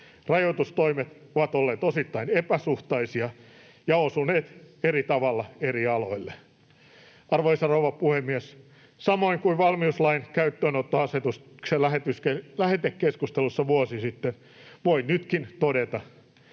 Rajoitustoimet ovat olleet osittain epäsuhtaisia ja osuneet eri tavalla eri aloille. Arvoisa rouva puhemies! Samoin kuin valmiuslain käyttöönottoasetuksen lähetekeskustelussa vuosi sitten voi nytkin todeta: